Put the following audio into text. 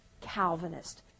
Calvinist